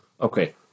Okay